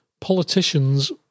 politicians